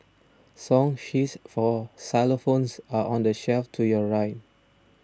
song sheets for xylophones are on the shelf to your right